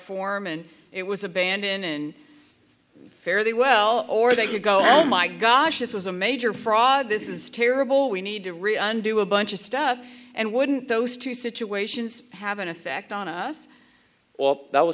form and it was a band in fairly well or they could go oh my gosh this was a major fraud this is terrible we need to re undo a bunch of stuff and wouldn't those two situations have an effect on us or that was